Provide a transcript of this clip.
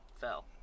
fell